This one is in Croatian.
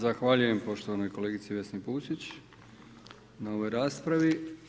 Zahvaljujem poštovanoj kolegici Vesni Pusić na ovoj raspravi.